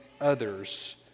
others